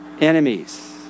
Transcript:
Enemies